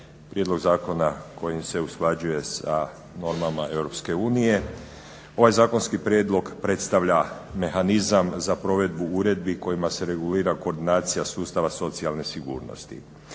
prijedlog zakona kojim se usklađuje sa normama Europske unije. Ovaj zakonski prijedlog predstavlja mehanizam za provedbu uredbi kojima se regulira koordinacija sustava socijalne sigurnosti.